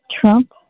Trump